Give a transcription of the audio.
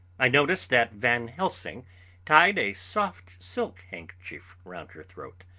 i noticed that van helsing tied a soft silk handkerchief round her throat.